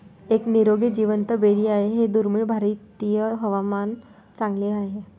एक निरोगी जिवंत बेरी आहे हे दुर्मिळ भारतीय हवामान चांगले आहे